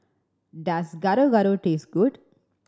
does Gado Gado taste good